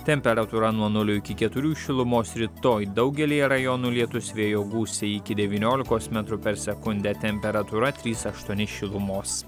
temperatūra nuo nulio iki keturių šilumos rytoj daugelyje rajonų lietus vėjo gūsiai iki devyniolikos metrų per sekundę temperatūra trys aštuoni šilumos